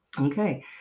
Okay